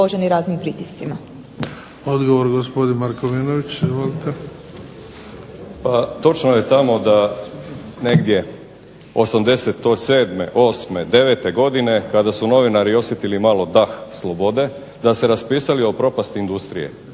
Izvolite. **Markovinović, Krunoslav (HDZ)** Pa točno je tamo da negdje '87., '88., '89. godine kada su novinari osjetili malo dah slobode da su se raspisali o propasti industrije.